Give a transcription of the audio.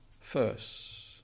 first